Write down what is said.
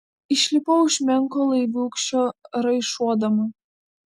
išlipau iš menko laiviūkščio raišuodama